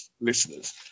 listeners